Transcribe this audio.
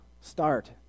Start